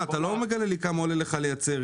אתה לא מגלה לי כמה עולה לך לייצר.